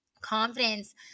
confidence –